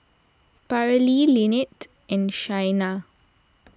Paralee Linette and Shayna